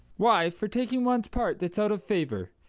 why, for taking one's part that's out of favour.